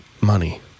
money